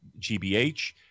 GBH